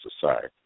society